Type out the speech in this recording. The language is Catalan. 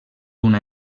una